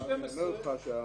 שיהיה ברור,